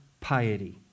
piety